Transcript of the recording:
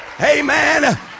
Amen